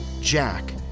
Jack